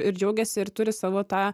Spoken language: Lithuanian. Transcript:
ir džiaugiasi ir turi savo tą